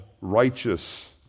righteous